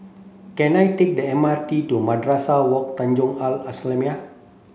can I take the M R T to Madrasah Wak Tanjong Al Islamiah